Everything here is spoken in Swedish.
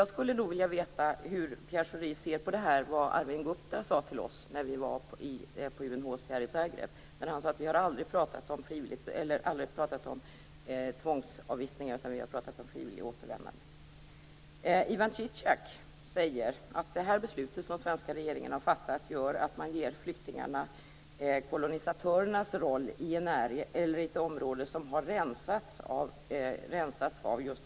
Jag skulle vilja veta hur Pierre Schori ser på det som Arvind Gupta sade till oss när vi besökte UNHCR i Zagreb. Han sade att UNHCR aldrig hade pratat om tvångsavvisningar, utan om frivilliga återvändanden. Ivan Cicak säger att det beslut som den svenska regeringen har fattat gör att man ger flyktingarna kolonisatörernas roll i ett område som har rensats i etniskt syfte.